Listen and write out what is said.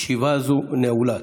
ישיבה זו נעולה.